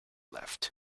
left